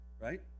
right